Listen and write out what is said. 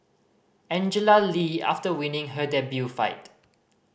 Angela Lee after winning her debut fight